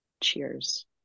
Cheers